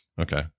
Okay